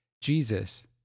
Jesus